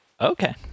okay